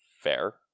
Fair